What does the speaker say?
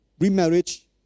remarriage